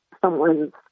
someone's